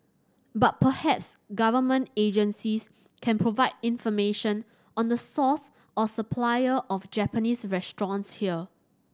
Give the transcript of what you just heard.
but perhaps government agencies can provide information on the source or supplier of Japanese restaurants here